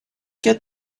get